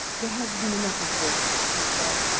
there has been enough of this, he said.